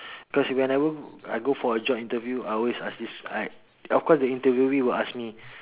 cause whenever I go for a job interview I always ask this I of course the interviewee will ask me